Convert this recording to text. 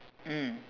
mm